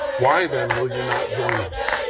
why then will you not join us?